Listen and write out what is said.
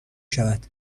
شود